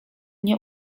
nie